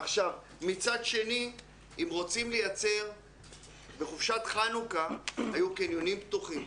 עכשיו, מצד שני, בחופשת חנוכה היו קניונים פתוחים.